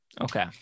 Okay